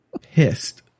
pissed